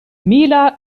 mila